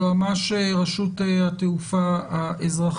היועצת המשפטית של רשות התעופה האזרחית,